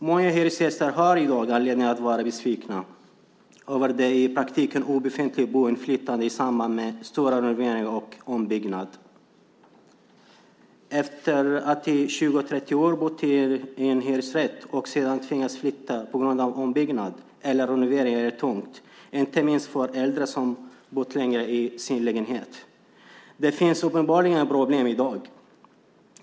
Många hyresgäster har i dag anledning att vara besvikna över det i praktiken obefintliga boinflytandet i samband med stora renoveringar och ombyggnader. Efter att i 20-30 år ha bott i en hyresrätt och sedan tvingas flytta på grund av ombyggnad eller renovering är tungt, inte minst för äldre som har bott länge i sin lägenhet. Det finns uppenbarligen problem i dag.